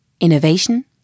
Innovation